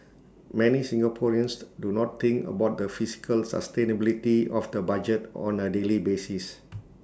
many Singaporeans do not think about the fiscal sustainability of the budget on A daily basis